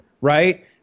right